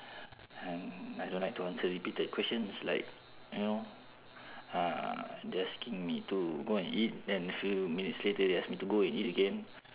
and I don't like to answer repeated questions like you know uh they asking me to go and eat then few minutes later they ask me to go and eat again